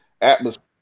atmosphere